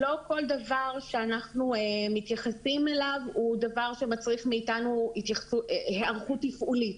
לא כל דבר שאנחנו מתייחסים אליו הוא דבר שמצריך מאיתנו היערכות תפעולית.